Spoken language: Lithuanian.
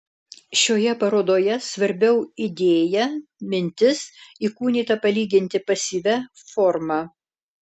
šioje parodoje svarbiau idėja mintis įkūnyta palyginti pasyvia forma